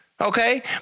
Okay